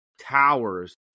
towers